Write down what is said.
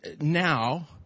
now